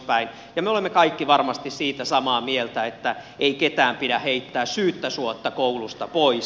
me olemme kaikki varmasti siitä samaa mieltä että ei ketään pidä heittää syyttä suotta koulusta pois